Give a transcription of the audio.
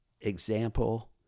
example